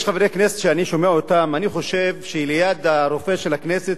יש חברי כנסת שכשאני שומע אותם אני חושב שליד הרופא של הכנסת